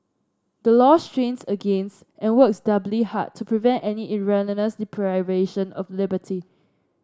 the law strains against and works doubly hard to prevent any erroneous deprivation of liberty